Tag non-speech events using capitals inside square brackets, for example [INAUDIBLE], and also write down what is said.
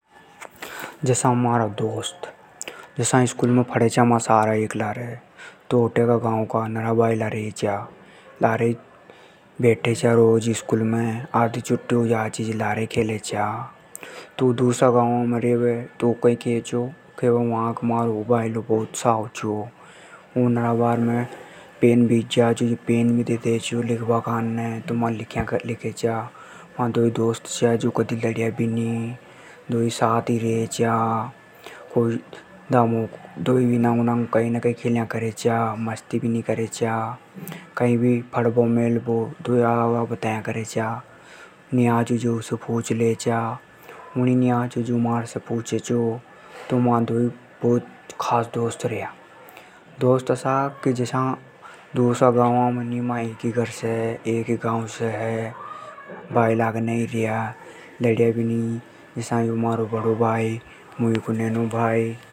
जसा म्हारा दोस्त। जसा मा सारा स्कूल में पड़ेचा एक लार। ओटे का भायला नरा रेचा। लार ही उठे चा बैठे चा। रोज स्कूल में आधी छुट्टी हो ची जे लार ही खेले चा। जे दूसरा गांव को दोस्त रेचो जो कैचो ऊ म्हारो साव दोस्त है। ऊ नरा बार पेन बीत जांचो जे पेन देचो में लिखवा काने। म्हा लिखे चा। [UNINTELLIGIBLE] म्हा दोई कदी लड़्या भी नी। दोई साथ ही रेचा दोई खेले चा। मस्ती भी नी करे चा। कई भी पढ़बो मेलबों दोई आला उला बता चा। कई नी आचो जे पूछे चा। ऊ मैसे पूछे चो। मु उसे पूछे चो। मा दोई खास दोस्त रया।